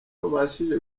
wabashije